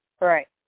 Right